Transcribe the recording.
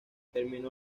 terminó